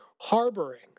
harboring